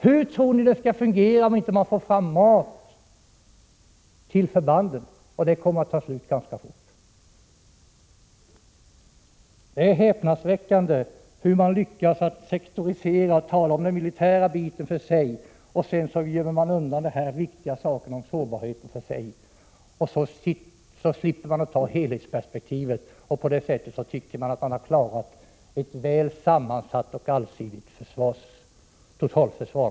Hur tror ni att det hela skall fungera om man inte får fram mat till förbanden? Maten kommer att ta slut ganska fort. Det är häpnadsväckande hur man lyckas sektorisera resonemangen och tala om den militära biten för sig och gömma undan den viktiga frågan om sårbarheten, så att man slipper helhetsperspektivet. Sedan anser man att man har klarat ett väl sammansatt och allsidigt totalförsvar!